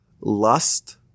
lust